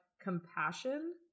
compassion